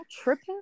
tripping